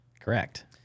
correct